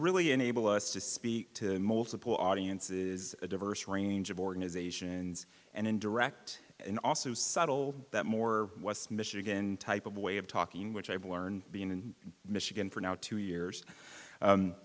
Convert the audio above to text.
really enable us to speak to multiple audiences is a diverse range of organizations and in direct and also subtle that more west michigan type of way of talking which i've learned being in michigan for now two years